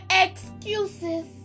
excuses